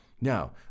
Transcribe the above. Now